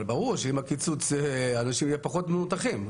אבל ברור שעם הקיצוץ יהיו פחות מנותחים.